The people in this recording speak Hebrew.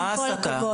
מה ההסתה?